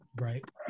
right